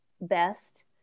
best